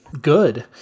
good